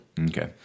Okay